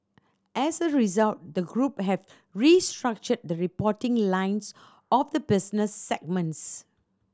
as a result the group have restructured the reporting lines of the business segments